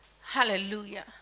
hallelujah